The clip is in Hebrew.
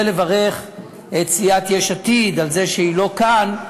אני רוצה לברך את סיעת יש עתיד על זה שהיא לא כאן,